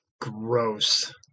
gross